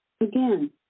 Again